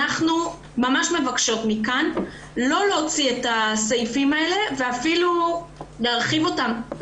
אנחנו ממש מבקשות מכאן לא להוציא את הסעיפים האלה ואפילו להרחיב אותם.